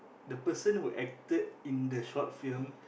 the person who acted in the short film